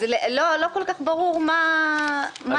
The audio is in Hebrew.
לא כל כך ברור מה לאפיין.